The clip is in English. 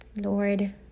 lord